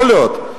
יכול להיות.